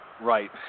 Right